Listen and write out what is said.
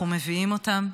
אנחנו מביאים אותם,